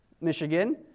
Michigan